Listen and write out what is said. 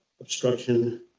obstruction